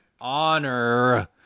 honor